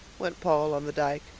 went paul on the dyke,